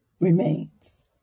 remains